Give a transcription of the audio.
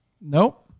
Nope